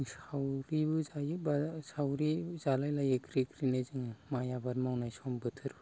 सावरिबो जायो बा सावरि जालाय लायो ख्रि ख्रिनो जोङो माइ आबाद मावनाय सम बोथोरफ्राव